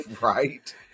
right